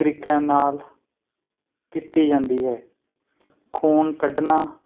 ਤਰੀਕਿਆਂ ਨਾਲ ਕੀਤੀ ਜਾਂਦੀ ਹੈ ਖੂਨ ਕੱਢਣਾ